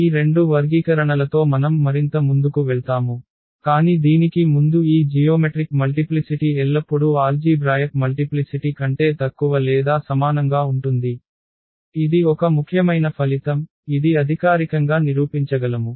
ఈ రెండు వర్గీకరణలతో మనం మరింత ముందుకు వెళ్తాము కాని దీనికి ముందు ఈ జియోమెట్రిక్ మల్టిప్లిసిటి ఎల్లప్పుడూ ఆల్జీభ్రాయక్ మల్టిప్లిసిటి కంటే తక్కువ లేదా సమానంగా ఉంటుంది ఇది ఒక ముఖ్యమైన ఫలితం ఇది అధికారికంగా నిరూపించగలము